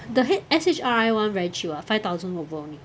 the h~ S_H_R_I one very cheap [what] five thousand over only